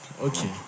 Okay